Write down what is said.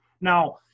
Now